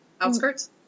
outskirts